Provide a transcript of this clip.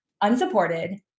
unsupported